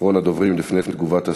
אחרון הדוברים לפני תגובת השר,